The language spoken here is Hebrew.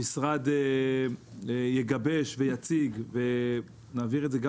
המשרד יגבש ויציג, ונעביר את זה גם